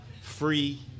free